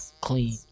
clean